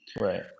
Right